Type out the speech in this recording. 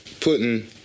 putting